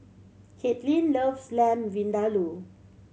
Caitlynn loves Lamb Vindaloo